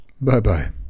Bye-bye